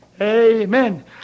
Amen